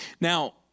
Now